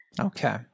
Okay